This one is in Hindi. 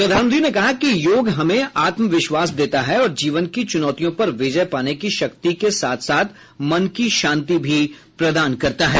प्रधानमंत्री ने कहा कि योग हमें आत्मविश्वास देता है और जीवन की चुनौतियों पर विजय पाने की शक्ति के साथ साथ मन की शांति भी प्रदान करता है